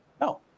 No